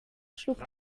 schlug